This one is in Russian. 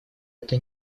это